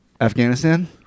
Afghanistan